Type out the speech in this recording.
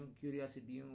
curiosity